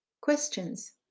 Questions